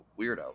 weirdo